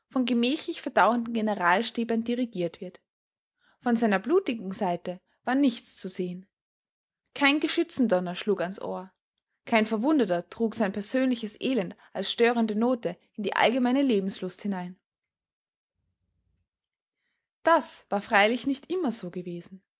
von gemächlich verdauenden generalstäblern dirigiert wird von seiner blutigen seite war nichts zu sehen kein geschützdonner schlug an's ohr kein verwundeter trug sein persönliches elend als störende note in die allgemeine lebenslust hinein das war freilich nicht immer so gewesen